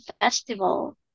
Festival